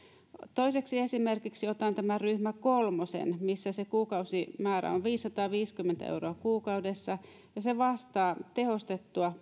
toiseksi esimerkiksi otan tämän ryhmä kolmosen missä se kuukausimäärä on viisisataaviisikymmentä euroa kuukaudessa ja se vastaa tehostettua